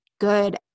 good